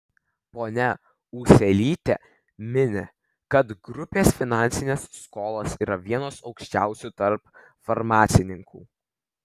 ponia ūselytė mini kad grupės finansinės skolos yra vienos aukščiausių tarp farmacininkų